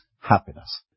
happiness